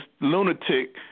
lunatic